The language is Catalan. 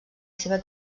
seva